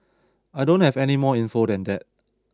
I don't have any more info than that